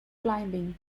climbing